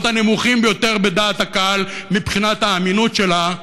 הנמוכים ביותר בדעת הקהל מבחינת האמינות שלו,